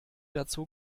dazu